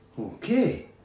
Okay